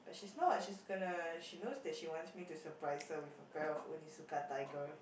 she's not she's gonna she knows that she wants me to surprise her with a pair of Onitsuka-Tiger